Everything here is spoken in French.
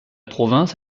province